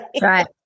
Right